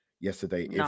yesterday